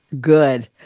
good